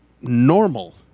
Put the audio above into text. normal